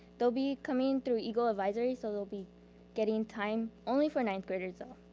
they'll be coming through eagle advisory, so they'll be getting time only for ninth graders though.